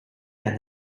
and